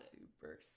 Super